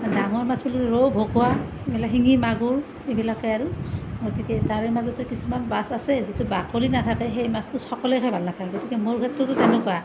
ডাঙৰ মাছ বুলিলে ৰৌ ভকুৱা শিঙি মাগুৰ এইবিলাকেই আৰু গতিকে তাৰে মাজতে কিছুমান মাছ আছে যিটো বাকলি নাথাকে সেই মাছটো সকলোৱে খাই ভাল নাপায় গতিকে মোৰ ক্ষেত্ৰতো তেনেকুৱা